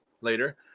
later